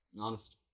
Honest